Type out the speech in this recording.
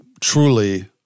truly